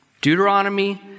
Deuteronomy